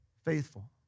Faithful